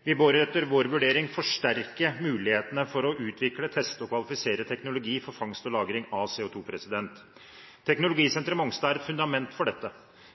Vi bør etter vår vurdering forsterke mulighetene for å utvikle, teste og kvalifisere teknologi for fangst og lagring av CO2. Teknologisenteret på Mongstad er et fundament for dette.